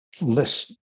listen